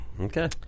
Okay